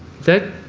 that,